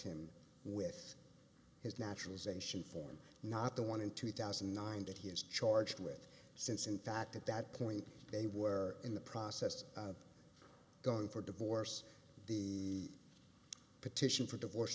him with his naturalization form not the one in two thousand and nine that he is charged with since in fact at that point they were in the process of going for divorce the petition for divorce